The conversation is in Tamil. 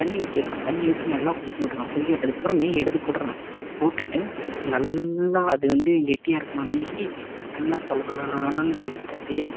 தண்ணி ஊற்றிரணும் தண்ணி ஊற்றி நல்லா கொதிக்க விட்டணும் கொதிக்க விட்டதுக்கப்புறம் மேகி எடுத்து போட்டுடணும் போட்டுகிட்டு நல்லா அது வந்து கெட்டியாகிருக்குமா மேகி நல்லா தொள தொளதொளதொளன்னு எடுத்து அப்படியே